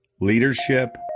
Leadership